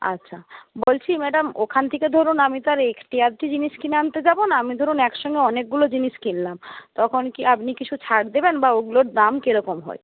আচ্ছা বলছি ম্যাডাম ওখান থেকে ধরুন আমি তো আর জিনিস কিনে আনতে যাবো না আমি ধরুন একসঙ্গে অনেকগুলো জিনিস কিনলাম তখন কি আপনি কিছু ছাড় দেবেন বা ওগুলোর দাম কিরকম হয়